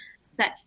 set